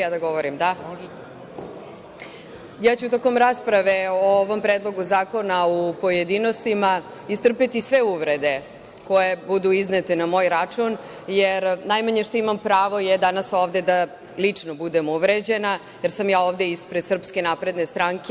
Ja ću tokom rasprave o ovom predlogu zakona u pojedinostima istrpeti sve uvrede koje budu iznete na moj račun, jer najmanje što imam pravo je danas ovde da lično budem uvređena, jer sam ja ovde ispred Srpske napredne stranke.